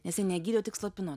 nes jie negydė o tik slopino